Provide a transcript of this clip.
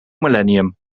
millennium